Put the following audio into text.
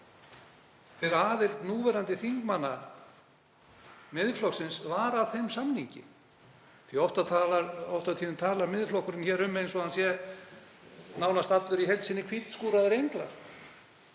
hver aðild núverandi þingmanna Miðflokksins var að þeim samningi. Oft og tíðum talar Miðflokkurinn eins og hann sé nánast allur í heild sinni hvítskúraðir englar,